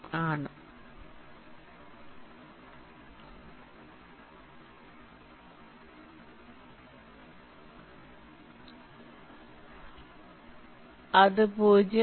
ആണ് അത് 0 ഉം 0